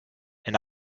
and